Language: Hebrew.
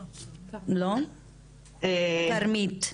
כרמית.